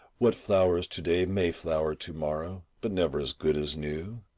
what flowers to-day may flower to-morrow, but never as good as new.